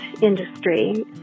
industry